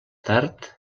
tard